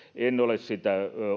en ole sitä